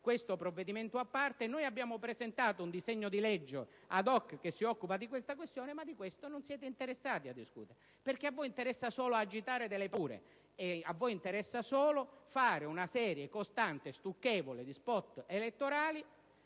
questo provvedimento. Abbiamo presentato un disegno di legge *ad hoc* che si occupa di questo tema, ma non siete interessati a discuterne: a voi interessa solo agitare delle paure; a voi interessa solo fare una serie costante e stucchevole di *spot* elettorali,